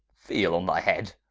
feel on thy head.